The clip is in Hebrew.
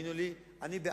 האמינו לי, אני בעד.